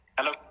Hello